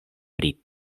pri